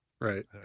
right